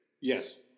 Yes